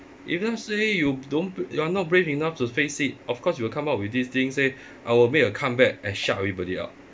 if let's say you don't you're not brave enough to face it of course you will come up with this thing say I will make a comeback and shut everybody out